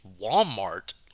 Walmart